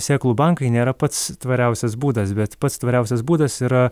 sėklų bankai nėra pats tvariausias būdas bet pats tvariausias būdas yra